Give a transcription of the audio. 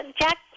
Jack